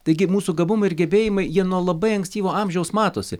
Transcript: taigi mūsų gabumai ir gebėjimai jie nuo labai ankstyvo amžiaus matosi